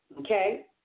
okay